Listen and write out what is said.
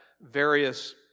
various